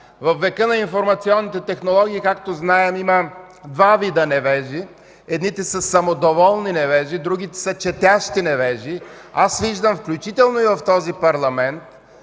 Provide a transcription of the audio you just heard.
Във века на информационните технологии, както знаем, има два вида невежи. Едните са самодоволни невежи, а другите са четящи невежи. Аз виждам, включително и в този парламент,